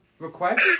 Request